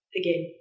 again